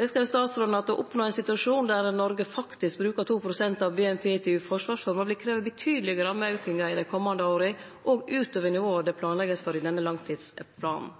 Der skreiv statsråden at «å oppnå en situasjon der Norge faktisk bruker 2 prosent av BNP til forsvarsformål vil kreve betydelige rammeøkninger i de kommende årene, også ut over nivåene det planlegges for i denne langtidsplanen».